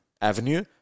avenue